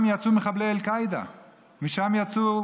שמשם יצאו